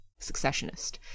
successionist